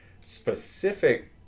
specific